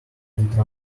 did